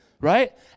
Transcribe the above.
right